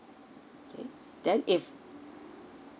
okay then if